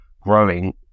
growing